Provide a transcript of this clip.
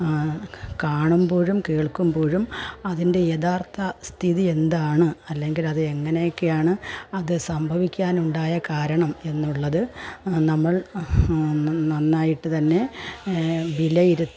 കാണുമ്പോഴും കേൾക്കുമ്പോഴും അതിൻ്റെ യഥാർത്ഥ സ്ഥിതി എന്താണ് അല്ലെങ്കിലത് എങ്ങനെയെക്കെയാണ് അത് സംഭവിക്കാനുണ്ടായ കാരണം എന്നുള്ളത് നമ്മൾ നന്നായിട്ട്തന്നെ വിലയിര്